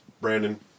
Brandon